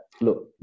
Look